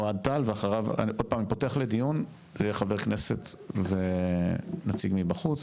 אני פותח לדיון, וזה יהיה חבר הכנסת ונציג מבחוץ.